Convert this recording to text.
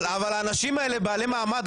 האנשים האלה הם בעלי מעמד,